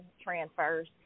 transfers